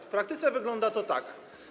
W praktyce wygląda to tak.